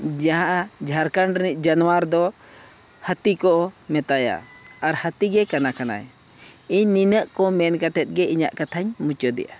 ᱡᱟᱦᱟᱸ ᱡᱷᱟᱲᱠᱷᱚᱸᱰ ᱨᱤᱱᱤᱡ ᱡᱟᱱᱣᱟᱨ ᱫᱚ ᱦᱟᱹᱛᱤ ᱠᱚ ᱢᱮᱛᱟᱭᱟ ᱟᱨ ᱦᱟᱹᱛᱤᱜᱮ ᱠᱟᱱᱟ ᱠᱟᱱᱟᱭ ᱤᱧ ᱱᱤᱱᱟᱹᱜ ᱠᱚ ᱢᱮᱱ ᱠᱟᱛᱮ ᱜᱮ ᱤᱧᱟᱹᱜ ᱠᱟᱛᱷᱟᱧ ᱢᱩᱪᱟᱹᱫᱮᱜᱼᱟ